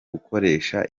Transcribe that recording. gukoresha